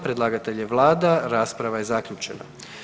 Predlagatelj je vlada, rasprava je zaključena.